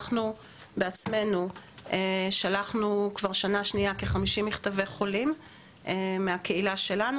אנחנו בעצמנו שלחנו כבר שנה שנייה כ-50 מכתבי חולים מהקהילה שלנו,